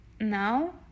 now